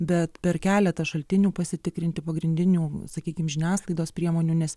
bet per keletą šaltinių pasitikrinti pagrindinių sakykim žiniasklaidos priemonių nes